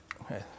Okay